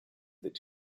that